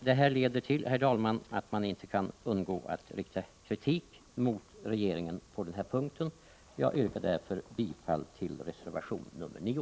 Detta gör, herr talman, att man inte kan underlåta att rikta kritik mot regeringen på den här punkten. Jag yrkar därför bifall till reservation nr 9.